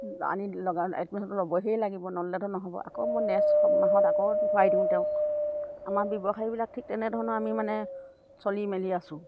আনি লগা এডমিশ্যনটো ল'বহিয়ে লাগিব নললেটো নহ'ব আকৌ মই নেক্সট মাহত আকৌ ঘূৰাই দিওঁ তেওঁক আমাৰ ব্যৱসায়ীবিলাক ঠিক তেনেধৰণৰ আমি মানে চলি মেলি আছোঁ